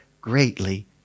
greatly